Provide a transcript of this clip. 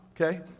Okay